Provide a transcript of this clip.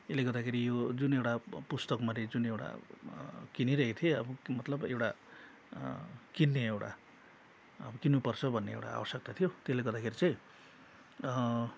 यसले गर्दाखेरि यो जुन एउटा पु पुस्तक मैले जुन एउटा किनिरहेको थिएँ अब मतलब एउटा किन्ने एउटा अब किन्नुपर्छ भन्ने एउटा आवश्यकता थियो त्यसले गर्दाखेरि चाहिँ